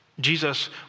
Jesus